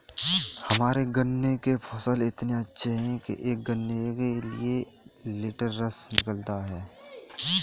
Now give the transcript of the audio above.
हमारे गन्ने के फसल इतने अच्छे हैं कि एक गन्ने से एक लिटर रस निकालता है